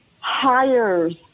hires